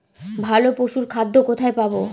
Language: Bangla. ভালো পশুর খাদ্য কোথায় পাবো?